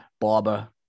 Barber